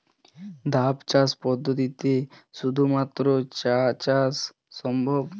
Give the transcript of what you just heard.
ধাপ চাষ পদ্ধতিতে শুধুমাত্র চা চাষ সম্ভব?